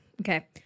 okay